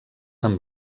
amb